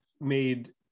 made